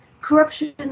corruption